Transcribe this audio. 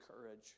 courage